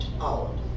out